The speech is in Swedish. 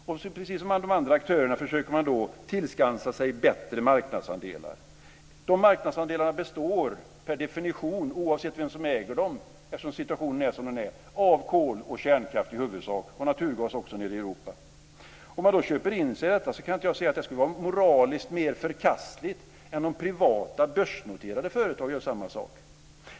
Och precis som de andra aktörerna försöker man då tillskansa sig bättre marknadsandelar. Eftersom situationen är som den är består de marknadsandelarna per definition, oavsett vem som äger dem, av kol och kärnkraft i huvudsak och också av naturgas nere i Europa. Om man då köper in sig i detta kan inte jag se att det skulle vara moraliskt mer förkastligt än om privata börsnoterade företag gör samma sak.